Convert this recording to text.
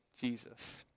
Jesus